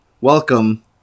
Welcome